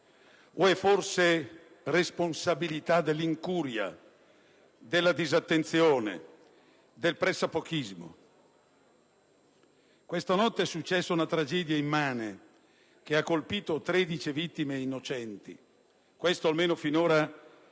o è forse responsabilità dell'incuria, della disattenzione, del pressappochismo? Questa notte è successa una tragedia immane, che ha colpito 13 vittime innocenti. Questo, almeno finora,